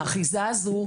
האחיזה הזו,